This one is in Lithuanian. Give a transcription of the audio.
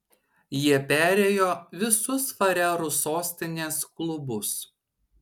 jie perėjo visus farerų sostinės klubus